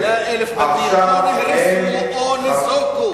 100,000 בתים או נהרסו או ניזוקו,